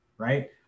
right